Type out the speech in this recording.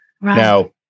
Now